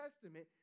Testament